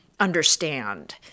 understand